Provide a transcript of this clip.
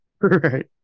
Right